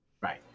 right